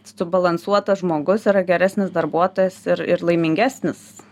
subalansuotas žmogus yra geresnis darbuotojas ir ir laimingesnis